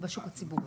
אולי בשוק הציבורי.